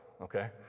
okay